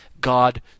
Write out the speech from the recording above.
God